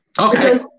Okay